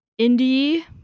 indie